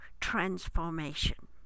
transformation